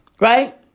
Right